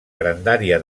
grandària